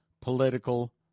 political